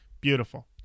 Beautiful